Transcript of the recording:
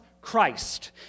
Christ